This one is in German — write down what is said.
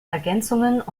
ergänzungen